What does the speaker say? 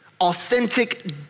authentic